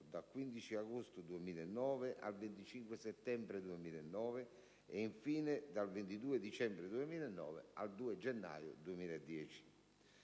dal 15 agosto 2009 al 25 settembre 2009 e, infine, dal 22 dicembre 2009 al 2 gennaio 2010.